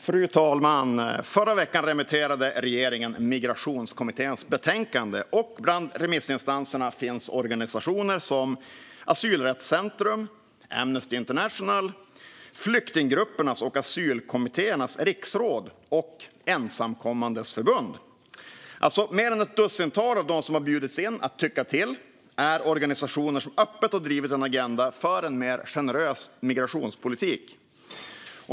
Fru talman! Förra veckan remitterade regeringen Migrationskommitténs betänkande. Bland remissinstanserna finns organisationer som Asylrättscentrum, Amnesty International, Flyktinggruppernas riksråd och Ensamkommandes Förbund. Mer än ett dussintal av dem som har bjudits in att tycka till är organisationer som öppet har drivit en agenda för en mer generös migrationspolitik.